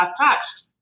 attached